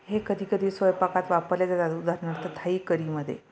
हे कधीकधी स्वयंपाकात वापरले ज जा उदाहरणार्थ थाई करीमध्ये